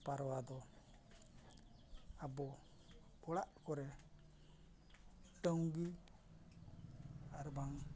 ᱯᱟᱨᱣᱟ ᱫᱚ ᱟᱵᱚ ᱚᱲᱟᱜ ᱠᱚᱨᱮ ᱴᱚᱸᱜᱤ ᱟᱨᱵᱟᱝ